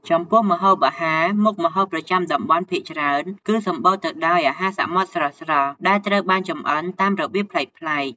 ចំពោះម្ហូបអាហារ មុខម្ហូបប្រចាំតំបន់ភាគច្រើនគឺសម្បូរទៅដោយអាហារសមុទ្រស្រស់ៗ ដែលត្រូវបានចម្អិនតាមរបៀបប្លែកៗ។